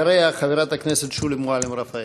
אחריה, חברת הכנסת שולי מועלם-רפאלי.